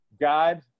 God